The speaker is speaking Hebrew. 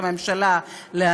או הממשלה מבקשת,